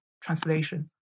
translation